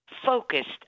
focused